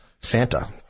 Santa